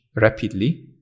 rapidly